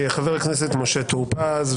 חבר הכנסת משה טור פז,